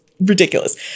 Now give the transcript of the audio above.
ridiculous